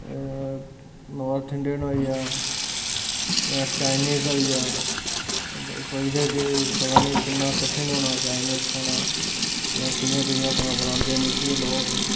north Indian होई गेआ जां चाइनिस होई गेआ सोचदे कि पता नेईं किन्ना कठिन होना चाइनिस खाना जां कि'यां कि'यां बना बनांदे न इस्सी लोक